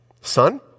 Son